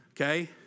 Okay